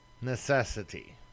necessity